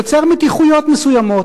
יוצר מתיחויות מסוימות.